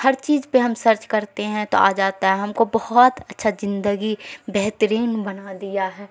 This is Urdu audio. ہر چیز پہ ہم سرچ کرتے ہیں تو آ جاتا ہے ہم کو بہت اچھا زندگی بہترین بنا دیا ہے